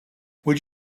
would